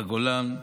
בגולן,